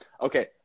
Okay